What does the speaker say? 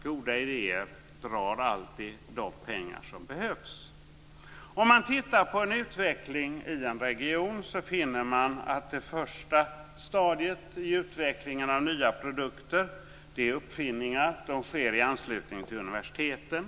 Goda idéer drar alltid till sig de pengar som behövs. När man tittar på utvecklingen inom en region finner man att det första stadiet i utvecklingen av nya produkter, uppfinningar, är förlagt till universiteten.